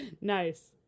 nice